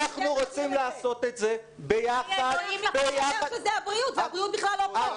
רוצים לעשות את זה ביחד ------ והבריאות לא פה.